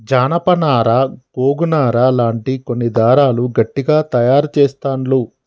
జానప నారా గోగు నారా లాంటి కొన్ని దారాలు గట్టిగ తాయారు చెస్తాండ్లు